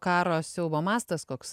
karo siaubo mastas koks